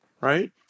Right